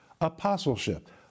apostleship